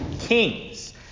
kings